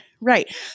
Right